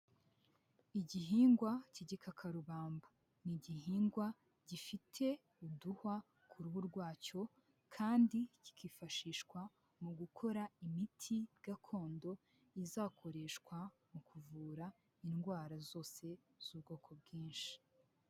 Igihingwa k'igikakarubamba ni igihingwa gifite uduhwa ku ruhu rwacyo kandi kikifashishwa mu gukora imiti gakondo izakoreshwa mu kuvura indwara zose z'ubwoko bwinshi.